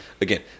Again